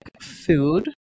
food